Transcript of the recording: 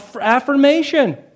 affirmation